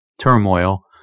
turmoil